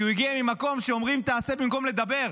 כי הוא הגיע ממקום שבו אומרים: תעשה במקום לדבר.